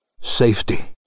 Safety